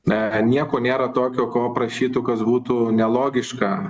na nieko nėra tokio ko prašytų kas būtų nelogiška